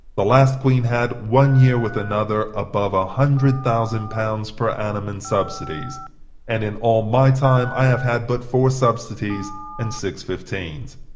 the last queen had, one year with another, above a hundred thousand pounds per annum in subsidies and in all my time i have had but four subsidies and six fifteens.